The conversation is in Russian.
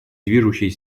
движущей